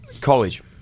College